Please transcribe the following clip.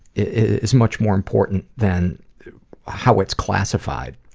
is much more important than how it's classified.